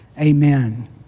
Amen